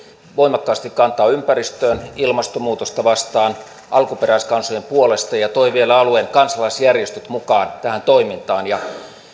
voimakkaasti kantaa ympäristöön ilmastonmuutosta vastaan alkuperäiskansojen puolesta ja toi vielä alueen kansalaisjärjestöt mukaan tähän toimintaan